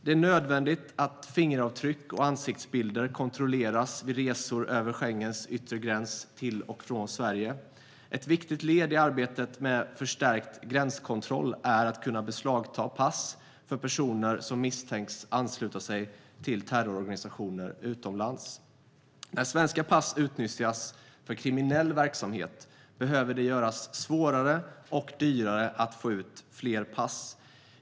Det är nödvändigt att fingeravtryck och ansiktsbilder kontrolleras vid resor över Schengens yttre gräns till och från Sverige. Ett viktigt led i arbetet med en förstärkt gränskontroll är att kunna beslagta pass från personer som misstänks ansluta sig till terrororganisationer utomlands. När svenska pass utnyttjas för kriminell verksamhet behöver det göras svårare och dyrare att få ut fler pass.